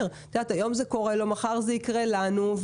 היום זה קורה לו, מחר זה יקרה לנו.